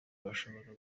ashobora